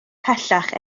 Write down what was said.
pellach